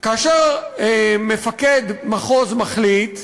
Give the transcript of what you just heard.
כאשר מפקד מחוז מחליט,